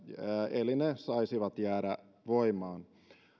eli ne saisivat jäädä voimaan